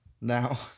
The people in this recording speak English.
Now